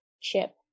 Chip